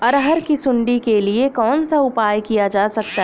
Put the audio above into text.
अरहर की सुंडी के लिए कौन सा उपाय किया जा सकता है?